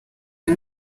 uyu